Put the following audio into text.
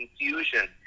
confusion